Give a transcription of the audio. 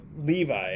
Levi